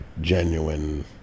genuine